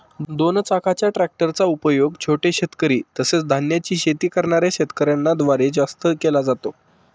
दोन चाकाच्या ट्रॅक्टर चा उपयोग छोटे शेतकरी, तसेच धान्याची शेती करणाऱ्या शेतकऱ्यांन द्वारे जास्त केला जातो